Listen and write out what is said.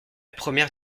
première